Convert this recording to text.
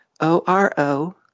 O-R-O